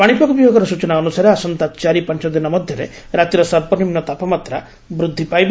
ପାଣିପାଗ ବିଭାଗର ସ୍ଚନା ଅନୁସାରେ ଆସ ଚାରି ପାଞ ଦିନ ମଧ୍ଧରେ ରାତିର ସର୍ବନିମୁ ତାପମାତ୍ରା ବୃଦ୍ଧି ପାଇବ